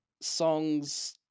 songs